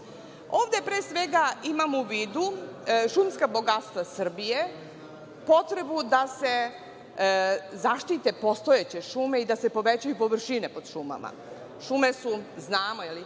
pre svega imamo u vidu šumska bogatstva Srbije, potrebu da se zaštite postojeće šume i da se povećaju površine pod šumama. Šume su, znamo,